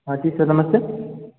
हाँ जी सर नमस्ते